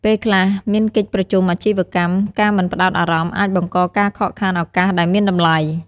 ពេលអ្នកមានកិច្ចប្រជុំអាជីវកម្ម ការមិនផ្ដោតអារម្មណ៍អាចបង្កការខកខានឱកាសដែលមានតម្លៃ។